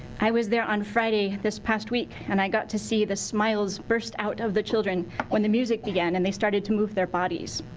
i was there on friday this past week and i got to see the smiles burst out of the children when the music began and they started to move their bodies.